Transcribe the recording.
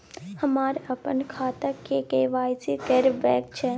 हमरा अपन खाता के के.वाई.सी करबैक छै